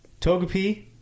Togepi